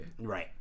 right